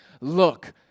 look